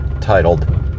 titled